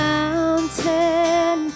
mountain